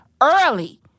early